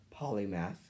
polymath